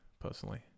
personally